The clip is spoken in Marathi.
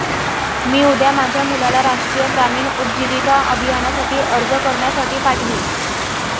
मी उद्या माझ्या मुलाला राष्ट्रीय ग्रामीण उपजीविका अभियानासाठी अर्ज करण्यासाठी पाठवीन